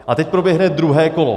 A teď proběhne druhé kolo.